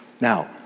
Now